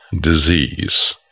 disease